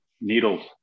needles